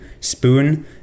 Spoon